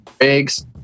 eggs